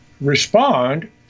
respond